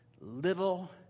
little